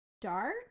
dark